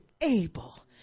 able